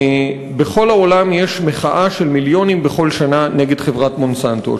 בכל העולם יש מחאה של מיליונים בכל שנה נגד חברת "מונסנטו".